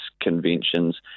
conventions